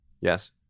Yes